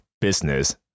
business